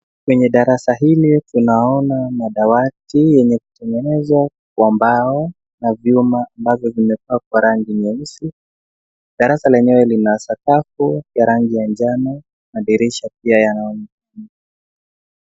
Kwenye darasa hili tunaona madawati yenye kutegenezwa kwa mbao na vyuma ambazo zimepakwa rangi nyeusi. Darasa lenyewe lina sakafu ya rangi ya njano ,madirisha pia yanaonekana.